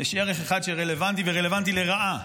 יש ערך אחד שרלוונטי, ורלוונטי לרעה,